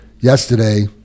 yesterday